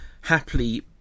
happily